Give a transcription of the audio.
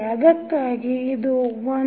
ಅದಕ್ಕಾಗಿ ಇದು 1